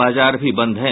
बाजार भी बंद हैं